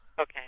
Okay